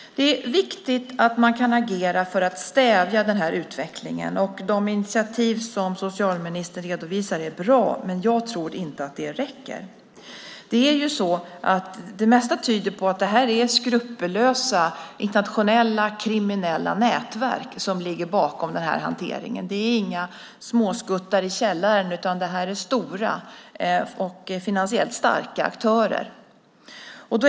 Det är viktigt att man kan agera för att stävja utvecklingen. De initiativ som socialministern redovisar är bra, men jag tror inte att de räcker. Det mesta tyder på att det är skrupulösa internationella kriminella nätverk som ligger bakom hanteringen. Det är inga småskuttar i källaren, utan det är stora och finansiellt starka aktörer.